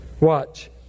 Watch